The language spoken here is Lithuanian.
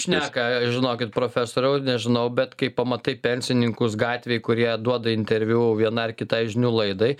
šneka žinokit profesoriau nežinau bet kai pamatai pensininkus gatvėj kurie duoda interviu vienai ar kitai žinių laidai